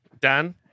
Dan